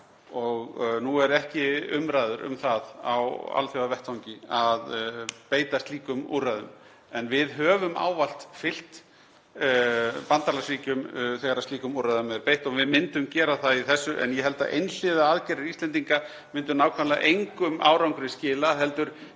og nú eru ekki umræður um það á alþjóðavettvangi að beita slíkum úrræðum. En við höfum ávallt fylgt bandalagsríkjum þegar slíkum úrræðum er beitt og við myndum gera það í þessu. En ég held að einhliða aðgerðir Íslendinga myndu nákvæmlega engum árangri skila heldur